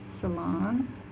salon